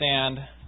understand